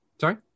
Sorry